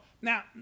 Now